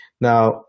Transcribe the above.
Now